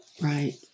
right